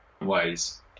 ways